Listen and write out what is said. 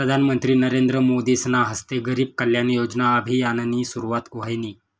प्रधानमंत्री नरेंद्र मोदीसना हस्ते गरीब कल्याण योजना अभियाननी सुरुवात व्हयनी